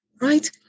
Right